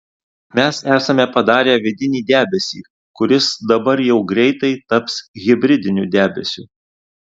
mes esame padarę vidinį debesį kuris dabar jau greitai taps hibridiniu debesiu